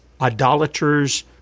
idolaters